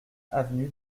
avenue